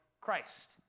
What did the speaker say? Christ